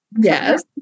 yes